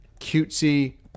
cutesy